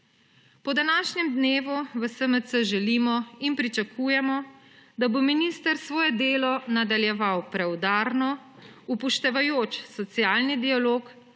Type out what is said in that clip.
Po današnjem dnevu v SMC želimo in pričakujemo, da bo minister svoje delo nadaljeval preudarno, upoštevajoč socialni dialog,